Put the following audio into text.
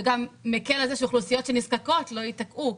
וגם גורם לזה שאוכלוסיות שנזקקות לא ייתקעו,